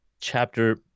chapter